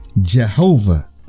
Jehovah